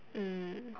mm